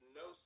no